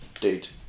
date